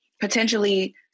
potentially